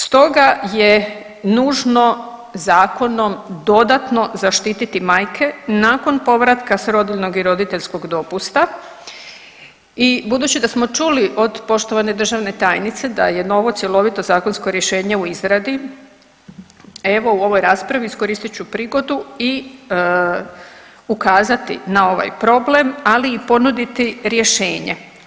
Stoga je nužno zakonom dodatno zaštititi majke nakon povratka s rodiljnog i roditeljskog dopusta i budući da smo čuli od poštovane državne tajnice da je novo cjelovito zakonsko rješenje u izradi, evo u ovoj raspravi iskoristit ću prigodu i ukazati na ovaj problem, ali i ponuditi rješenje.